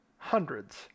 hundreds